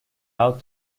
out